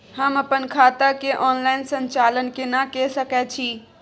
हम अपन खाता के ऑनलाइन संचालन केना के सकै छी?